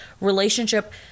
relationship